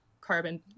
carbon